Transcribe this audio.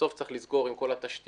בסוף צריך לזכור עם כל התשתיות,